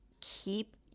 keep